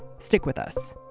stick with us